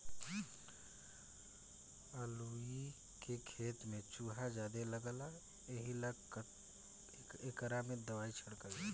अलूइ के खेत में चूहा ज्यादे लगता एहिला एकरा में दवाई छीटाता